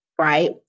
Right